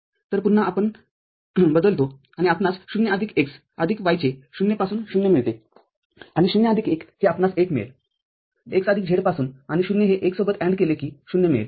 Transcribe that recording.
तर पुन्हा आपण बदलतो आणि आपणास ०आदिक x आदिक y चे ० पासून ० मिळतेआणि ०आदिक १ हे आपणास १ मिळेल x आदिक z पासून आणि ० हे १ सोबत AND केले कि ० मिळेल